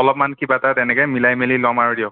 অলপমান কিবা এটা তেনেকৈ মিলাই মেলি ল'ম আৰু দিয়ক